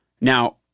Now